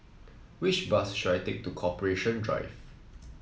which bus should I take to Corporation Drive